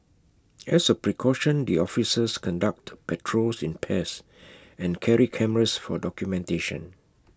as A precaution the officers conduct patrols in pairs and carry cameras for documentation